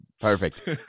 Perfect